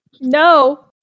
No